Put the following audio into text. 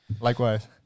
Likewise